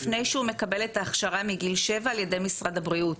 לפני שהוא מקבל את ההכשרה ללקיחה מגיל שבע על ידי משרד הבריאות.